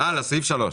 מקובל.